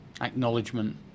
acknowledgement